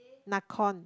Nakon